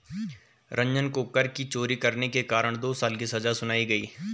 रंजन को कर की चोरी करने के कारण दो साल की सजा सुनाई गई